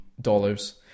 dollars